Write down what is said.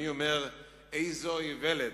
אני אומר: איזו איוולת.